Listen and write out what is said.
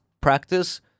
practice